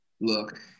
look